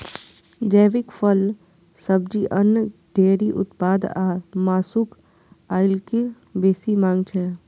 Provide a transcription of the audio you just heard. जैविक फल, सब्जी, अन्न, डेयरी उत्पाद आ मासुक आइकाल्हि बेसी मांग छै